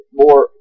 more